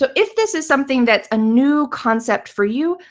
so if this is something that's a new concept for you,